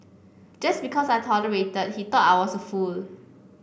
just because I tolerated he thought I was a fool